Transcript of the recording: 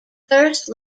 first